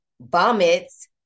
vomits